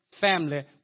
family